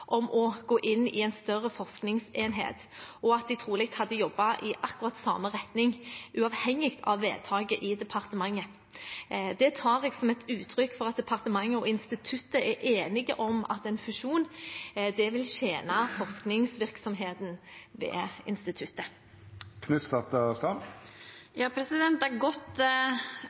om å gå inn i en større forskningsenhet, og at de trolig hadde jobbet i akkurat samme retning, uavhengig av vedtaket i departementet. Det tar jeg som et uttrykk for at departementet og instituttet er enige om at en fusjon vil tjene forskningsvirksomheten ved instituttet. Det er godt at forskningsinstitusjonen er